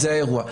זה האירוע.